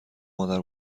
مادر